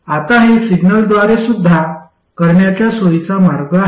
आता हे सिग्नलद्वारेसुद्धा करण्याचा सोयीचा मार्ग आहे